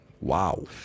Wow